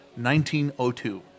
1902